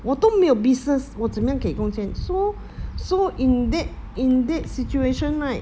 我都没有 business 我怎样给工钱 so so in dead in dead situation right